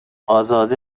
ازاده